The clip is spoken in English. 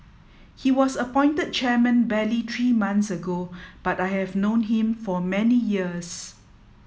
he was appointed chairman barely three months ago but I have known him for many years